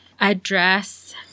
address